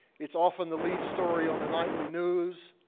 it's often the lead story on the nightly news.